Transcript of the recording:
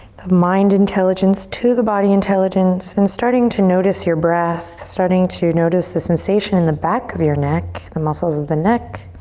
the mind intelligence to the body intelligence and starting to notice your breath. starting to notice the sensation in the back of your neck, the muscles of the neck.